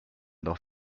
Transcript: dos